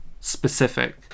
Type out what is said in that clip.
specific